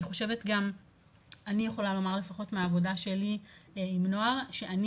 אני חושבת גם אני יכולה לומר לפחות מהעבודה שלי עם נוער שאני